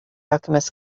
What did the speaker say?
alchemist